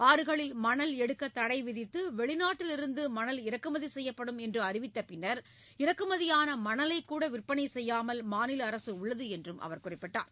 ஆறுகளில் மணல் எடுக்க தடை விதித்து வெளிநாட்டிலிருந்து மணல் இறக்குமதி செய்யப்படும் என்று அறிவித்த பின்னர் இறக்குமதியான மணலைக்கூட விற்பனை செய்யாமல் மாநில அரசு உள்ளது என்றும் அவர் குறிப்பிட்டார்